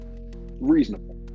reasonable